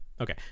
Okay